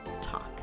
talk